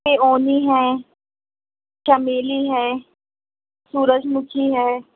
ہے چمیلی ہے سورج مکھی ہے